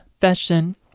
Fashion